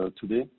today